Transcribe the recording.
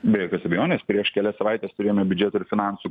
be jokios abejonės prieš kelias savaites turėjome biudžeto ir finansų